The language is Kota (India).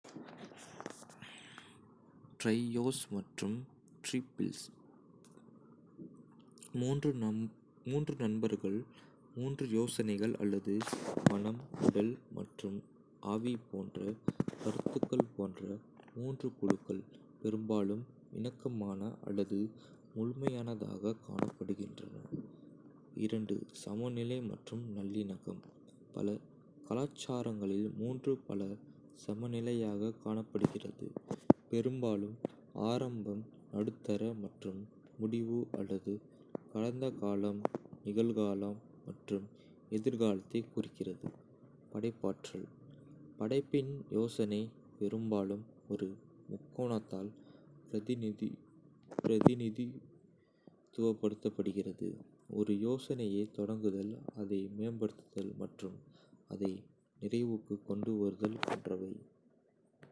ட்ரையோஸ் மற்றும் டிரிபிள்ஸ் மூன்று நண்பர்கள், மூன்று யோசனைகள் அல்லது மனம், உடல் மற்றும் ஆவி போன்ற கருத்துக்கள் போன்ற மூன்று குழுக்கள், பெரும்பாலும் இணக்கமான அல்லது முழுமையானதாகக் காணப்படுகின்றன. சமநிலை மற்றும் நல்லிணக்கம் ல கலாச்சாரங்களில், மூன்று பல சமநிலையாகக் காணப்படுகிறது பெரும்பாலும் ஆரம்பம், நடுத்தர மற்றும் முடிவு அல்லது கடந்த காலம், நிகழ்காலம் மற்றும் எதிர்காலத்தை குறிக்கிறது. படைப்பாற்றல் - படைப்பின் யோசனை, பெரும்பாலும் ஒரு முக்கோணத்தால் பிரதிநிதித்துவப்படுத்தப்படுகிறது ஒரு யோசனையைத் தொடங்குதல், அதை மேம்படுத்துதல் மற்றும் அதை நிறைவுக்குக் கொண்டுவருதல் போன்றவை.